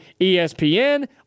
ESPN